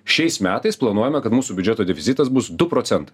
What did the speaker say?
šiais metais planuojame kad mūsų biudžeto deficitas bus du procentai